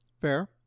Fair